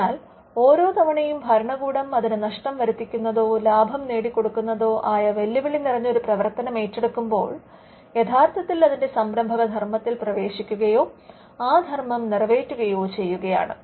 അതിനാൽ ഓരോ തവണയും ഭരണകൂടം അതിനു നഷ്ടം വരുത്തിക്കുന്നതോ ലാഭം നേടികൊടുക്കുന്നതോ ആയ വെല്ലുവിളി നിറഞ്ഞ ഒരു പ്രവർത്തനം ഏറ്റെടുക്കുമ്പോൾ യഥാർത്ഥത്തിൽ അതിന്റെ സംരംഭക ധർമ്മത്തിൽ പ്രവേശിക്കുകയോ ആ ധർമ്മം നിറവേറ്റുകെയോ ചെയ്യുകയാണ്